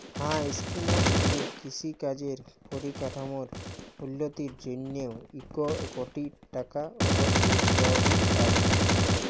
হাঁ ইস্কিমট দিঁয়ে কিষি কাজের পরিকাঠামোর উল্ল্যতির জ্যনহে ইক কটি টাকা অব্দি তহবিল পায়